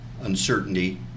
uncertainty